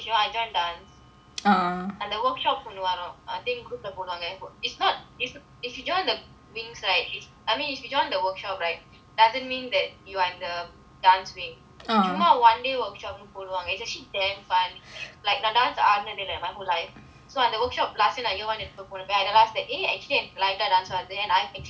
and the workshop ஒன்னு வரும்:onnu varum I think group போடுவாங்க:poduvaanga it is not it it join the wings right if you join the workshop right doesn't mean that you are in the dance wing சும்மா:summa one day workshop போடுவாங்க:poduvaanga it is actually damn fun like the dance ஆடுனதே இல்ல:adunathae illa like my whole life so like the workshop last I realise that eh like the dance வருது:varuthu and I actually enjoy it